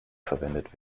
verwendet